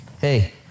hey